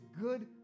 good